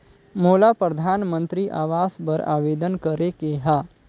मोला परधानमंतरी आवास बर आवेदन करे के हा?